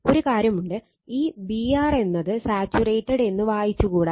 ഒരു കാര്യം ഉണ്ട് ഈ B r എന്നത് സാച്ചുറേറ്റഡ് എന്ന വായിച്ച കൂടാ